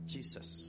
Jesus